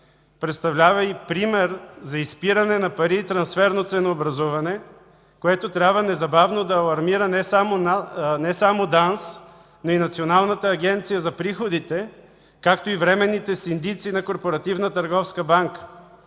представлява и пример за изпиране на пари и трансферно ценообразуване, което трябва незабавно да алармира не само ДАНС, но и Националната агенция за приходите, както и временните синдици на